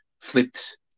flipped